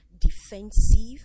defensive